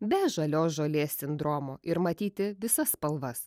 be žalios žolės sindromo ir matyti visas spalvas